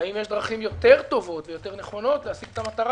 והאם יש דרכים יותר טובות ויותר נכונות להשיג את המטרה.